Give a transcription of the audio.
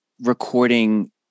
recording